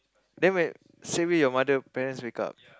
then when say wait your mother parents wake up